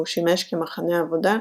והוא שימש כמחנה עבודה,